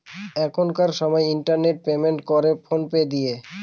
এখনকার সময় internet payment করে ফোন পে দিয়ে